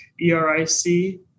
E-R-I-C